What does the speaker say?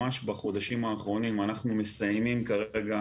ממש בחודשים האחרונים אנחנו מסיימים כרגע